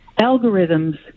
Algorithms